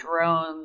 drones